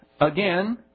again